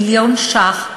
מיליון ש"ח,